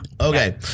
Okay